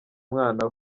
umwana